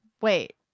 wait